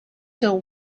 till